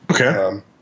Okay